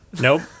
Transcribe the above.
nope